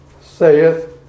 Saith